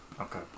okay